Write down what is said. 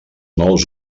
nous